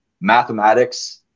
mathematics